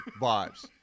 vibes